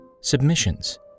submissions